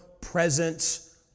presence